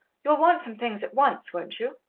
you'll want some things at once, won't you?